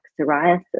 psoriasis